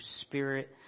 spirit